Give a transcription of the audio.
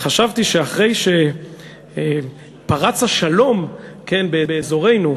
חשבתי שאחרי שפרץ השלום באזורנו,